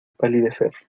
palidecer